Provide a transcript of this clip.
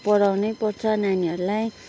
पढाउनै पर्छ नानीहरूलाई